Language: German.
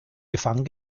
gefangen